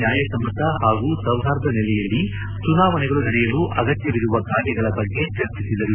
ನ್ನಾಯ ಸಮ್ನತ ಹಾಗೂ ಸೌಹಾರ್ದ ನೆಲೆಯಲ್ಲಿ ಚುನಾವಣೆಗಳು ನಡೆಯಲು ಅಗತ್ತವಿರುವ ಕಾರ್ಯಗಳ ಬಗ್ಗೆ ಚರ್ಚಿಸಿದರು